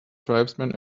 tribesmen